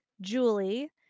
Julie